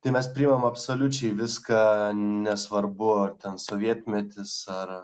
tai mes priemam absoliučiai viską nesvarbu ar ten sovietmetis ar